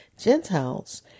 Gentiles